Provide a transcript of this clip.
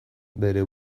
bere